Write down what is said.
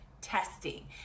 testing